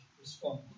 respond